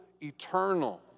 eternal